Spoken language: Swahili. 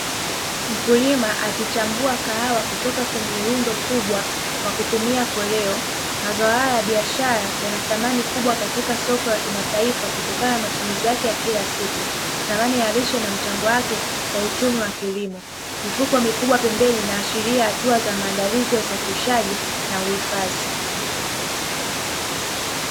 Mkulima akichambua kahawa kutoka kwenye lundo kubwa kwa kutumia koleo. Mazao haya ya biashara yana thamani kubwa katika soko la kimataifa kutokana na mtumizi yake ya kila siku, thamani ya lishe na mchango wake kwa uchumi wa kilimo. Mifuko mikubwa pembeni inaashiria hatua za maandalizi ya usafirishaji na uhifadhi.